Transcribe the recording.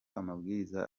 amabwiriza